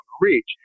reach